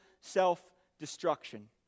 self-destruction